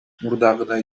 мурдагыдай